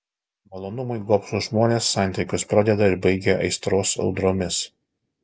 malonumui gobšūs žmonės santykius pradeda ir baigia aistros audromis